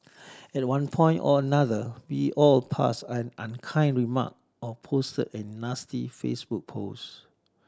at one point or another we have all passed an unkind remark or posted a nasty Facebook post